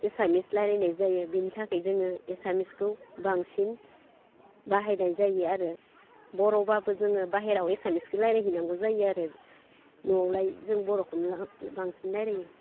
एसामिस रायज्लायनाय जायो बेनि थाखाय जोङो एसामिसखौ बांसिन बाहायनाय जायो आरो बर'बाबो जोङो बाहेरायाव एसामिसखौ रायज्लायहैनांगौ जायो आरो न'आवलाय जों बर'खौनो बांसिन रायज्लायो